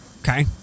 Okay